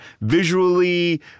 visually